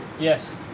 Yes